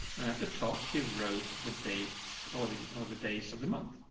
and at the top he wrote the deet or the, or the days of the month.